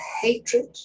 hatred